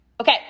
Okay